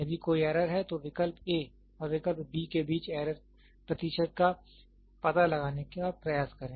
यदि कोई एरर है तो विकल्प A और विकल्प B के बीच एरर प्रतिशत का पता लगाने का प्रयास करें